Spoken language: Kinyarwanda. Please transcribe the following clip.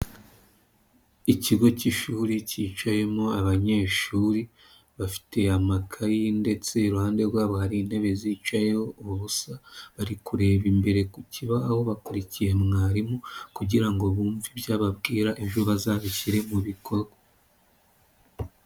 Ikigo k'ishuri kicayemo abanyeshuri bafite amakayi ndetse iruhande rwabo hari intebe zicayeho ubusa, bari kureba imbere ku kibaho bakurikiye mwarimu kugira ngo bumve ibyo ababwira ejo bazabishyire mu bikorwa.